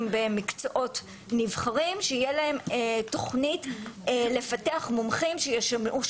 במקצועות נבחרים שיהיה להם תוכנית לפתח מומחים שישמשו